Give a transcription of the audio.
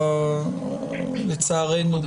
לצערנו,